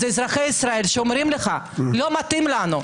זה אזרחי ישראל שאומרים לך: לא מתאים לנו.